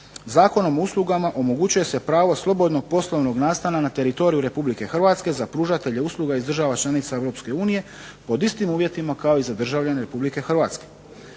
Zakonom o uslugama omogućuje se pravo slobodnog poslovnog nastana na teritoriju Republike Hrvatske za pružatelje usluga iz država članica Europske unije pod istim uvjetima kao i za državljane Republike Hrvatske.